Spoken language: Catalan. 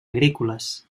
agrícoles